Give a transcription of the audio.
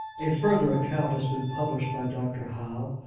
a further account has been published by dr. howe,